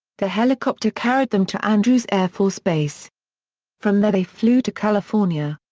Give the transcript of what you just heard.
the helicopter carried them to andrews air force base from there they flew to california.